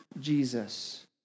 Jesus